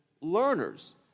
learners